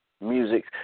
music